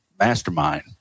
mastermind